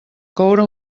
coure